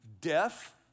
death